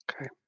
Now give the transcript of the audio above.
Okay